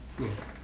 mm